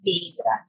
Visa